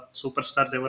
superstars